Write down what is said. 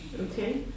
Okay